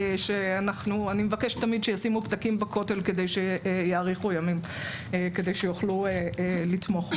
שאני מבקשת תמיד שישימו פתקים בכותל כדי שהם יאריכו ימים ויוכלו לתמוך.